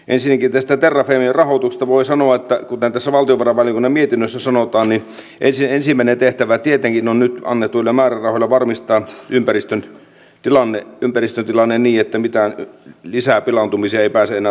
ensinnäkin tästä terrafamen rahoituksesta voi sanoa kuten tässä valtiovarainvaliokunnan mietinnössä sanotaan että ensimmäinen tehtävä tietenkin on nyt annetuilla määrärahoilla varmistaa ympäristön tilanne niin että mitään lisäpilaantumisia ei pääse enää tapahtumaan